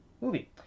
movie